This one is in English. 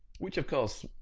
which of course,